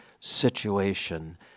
situation